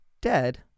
dead